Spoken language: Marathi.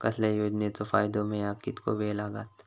कसल्याय योजनेचो फायदो मेळाक कितको वेळ लागत?